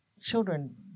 children